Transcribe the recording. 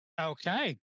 Okay